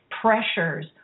pressures